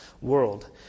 world